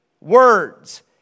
words